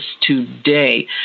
today